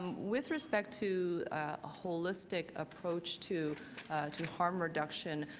with respect to a holistic approach to to harm reduction,